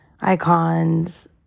icons